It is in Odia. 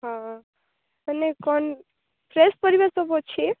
ହଁ ମାନେ କଣ ଫ୍ରେସ୍ ପରିବା ସବୁ ଅଛି